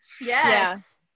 yes